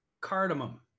Cardamom